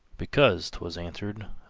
because, twas answered,